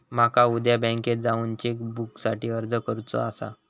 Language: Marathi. माका उद्या बँकेत जाऊन चेक बुकसाठी अर्ज करुचो आसा